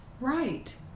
Right